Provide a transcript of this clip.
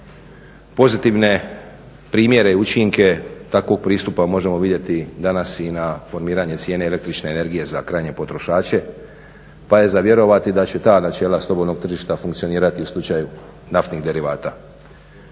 Pozitivne primjere i učinke takvog pristupa možemo vidjeti danas i na formiranje cijene el.energije za krajnje potrošače pa je za vjerovati da će ta načela slobodnog tržišta funkcionirati u slučaju naftnih derivata.